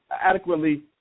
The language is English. adequately